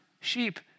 sheep